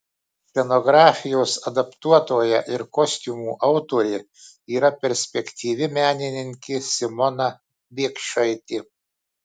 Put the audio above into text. scenografijos adaptuotoja ir kostiumų autorė yra perspektyvi menininkė simona biekšaitė